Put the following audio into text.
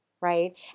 right